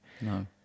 No